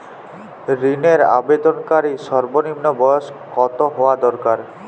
ঋণের আবেদনকারী সর্বনিন্ম বয়স কতো হওয়া দরকার?